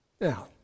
Now